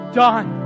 done